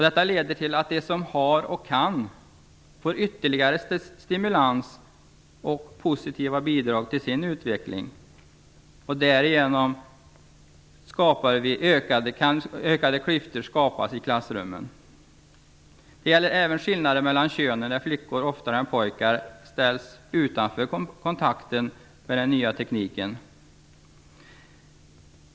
Detta leder till att de som har och kan får ytterligare stimulans och positiva bidrag till sin utveckling. Därigenom skapas ökade klyftor i klassrummen. Det finns också skillnader mellan könen. Flickor ställs oftare än pojkar utanför kontakten med den nya tekniken.